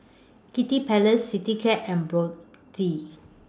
Kiddy Palace Citycab and Brotzeit